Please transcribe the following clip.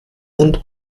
und